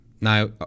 Now